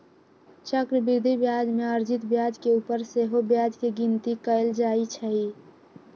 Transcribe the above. चक्रवृद्धि ब्याज में अर्जित ब्याज के ऊपर सेहो ब्याज के गिनति कएल जाइ छइ